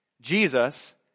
Jesus